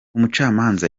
umucamanza